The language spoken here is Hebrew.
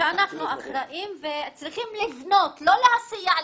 שאנחנו אחראים וצריכים לבנות, לא להסיע ילדים.